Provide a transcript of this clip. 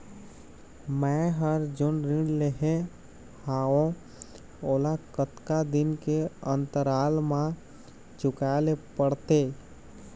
मैं हर जोन ऋण लेहे हाओ ओला कतका दिन के अंतराल मा चुकाए ले पड़ते?